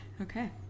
Okay